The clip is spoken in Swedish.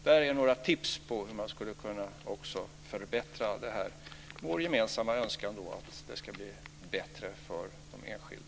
Det här var några tips på förbättringar utifrån vår gemensamma önskan att det ska bli bättre för de enskilda.